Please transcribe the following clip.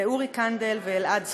לאורי קנדל ואלעד זכות,